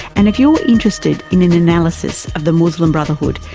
and if you're interested in an analysis of the muslim brotherhood,